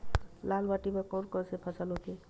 लाल माटी म कोन कौन से फसल होथे?